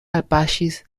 alpaŝis